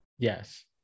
Yes